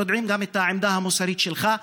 יודעים גם את העמדה המוסרית שלך,